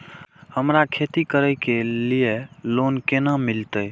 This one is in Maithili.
हमरा खेती करे के लिए लोन केना मिलते?